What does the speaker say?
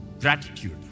Gratitude